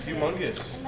Humongous